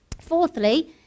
Fourthly